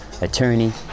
attorney